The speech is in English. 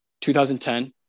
2010